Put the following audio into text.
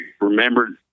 remembered